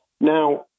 Now